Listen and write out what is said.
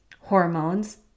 hormones